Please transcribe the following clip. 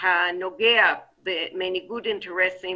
הנוגע בניגוד אינטרסים